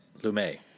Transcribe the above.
Lumet